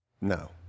No